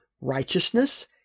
righteousness